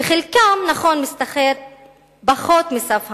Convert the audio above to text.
וחלקם, נכון, משתכרים פחות מסף המס.